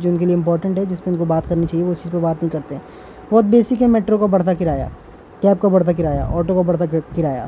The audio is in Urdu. جو ان کے لیے امپورٹینٹ ہے جس پہ ان کو بات کرنی چاہیے وہ اس چیز پہ بات نہیں کرتے بہت بیسک ہے میٹرو کا بڑھتا کرایہ کیب کا بڑھتا کرایہ آٹو کا بڑھتا کرایہ